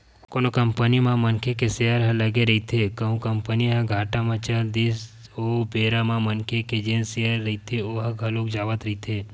कोनो कंपनी म मनखे के सेयर ह लगे रहिथे कहूं कंपनी ह घाटा म चल दिस ओ बेरा म मनखे के जेन सेयर रहिथे ओहा घलोक जावत रहिथे